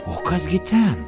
o kas gi ten